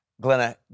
Glenna